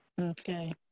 Okay